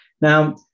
Now